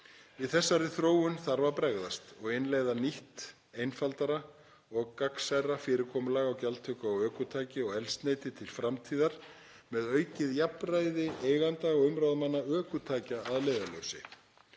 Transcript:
þessari þróun þarf að bregðast og innleiða nýtt, einfaldara og gagnsærra fyrirkomulag gjaldtöku á ökutæki og eldsneyti til framtíðar með aukið jafnræði eiganda og umráðamanna ökutækja að leiðarljósi.